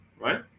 right